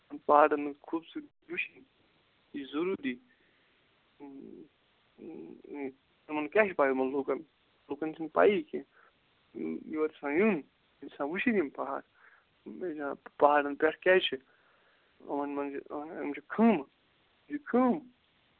پہاڑَن ہٕنٛز خوبصورتی چھِ وٕچھِنۍ یہِ چھُ ضروٗری یِمن کیاہ چھِ پاے یمن لُکَن لُکَن چھنہ پَیی کینٛہہ یور چھُ آسان یُن ییٚتہِ چھِ آسان وٕچھِنۍ یِم پہاڑ پہاڑَن پٮ۪ٹھ کیاز چھ یمن مَنٛز چھ خۭمہٕ یہِ چھُ خۭمہٕ